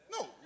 no